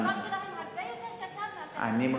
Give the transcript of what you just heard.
המספר שלכם הרבה יותר קטן מאשר,